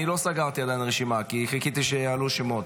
לא סגרתי עדיין רשימה, כי חיכיתי שיעלו שמות.